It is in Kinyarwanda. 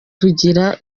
tugira